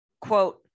quote